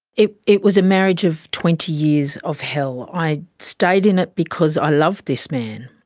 it it was a marriage of twenty years of hell. i stayed in it because i loved this man.